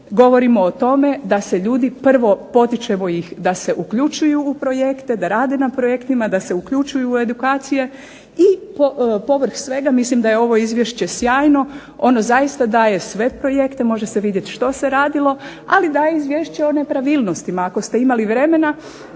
govorimo o tome da se ljudi prvo potičemo ih da se uključuju u projekte, da rade na projektima, da se uključuju u edukacije. I povrh svega, mislim da je ovo izvješće sjajno, ono zaista daje sve projekte, može se vidjet što se radilo, ali daje izvješće o nepravilnosti. Ako ste imali vremena,